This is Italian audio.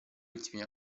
ultimi